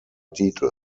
titel